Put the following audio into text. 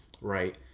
Right